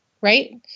right